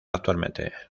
actualmente